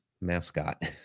mascot